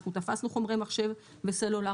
אנחנו תפסנו חומרי מחשב וסלולר,